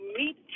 meet